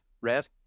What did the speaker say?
red